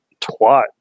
twat